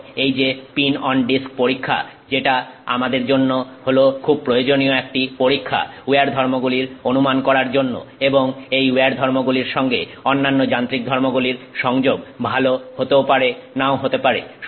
এবং এই যে পিন অন ডিস্ক পরীক্ষা সেটা আমাদের জন্য হল খুব প্রয়োজনীয় একটি পরীক্ষা উইয়ার ধর্মগুলির অনুমান করার জন্য এবং এই উইয়ার ধর্মগুলির সঙ্গে অন্যান্য যান্ত্রিক ধর্মগুলির সংযোগে ভালো হতেও পারে নাও হতে পারে